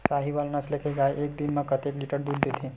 साहीवल नस्ल गाय एक दिन म कतेक लीटर दूध देथे?